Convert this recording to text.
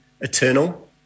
eternal